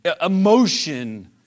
emotion